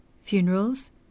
Funerals